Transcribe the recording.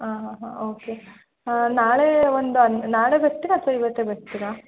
ಹಾಂ ಹಾಂ ಹಾಂ ಓಕೆ ನಾಳೆ ಒಂದು ಹನ್ ನಾಳೆ ಬರ್ತಿರಾ ಅಥ್ವ ಇವತ್ತೇ ಬರ್ತಿರಾ